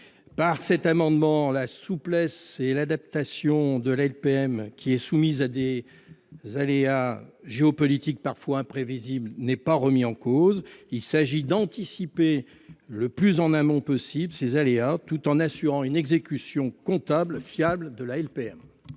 pas en cause la souplesse et l'adaptation de la LPM, qui est soumise à des aléas géopolitiques parfois imprévisibles. Il s'agit d'anticiper le plus en amont possible ces aléas, tout en assurant une exécution comptable fiable de la LPM.